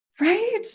right